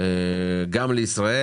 גם לישראל.